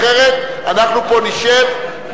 אנחנו פה נשב,